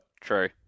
True